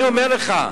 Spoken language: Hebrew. אני אומר לך.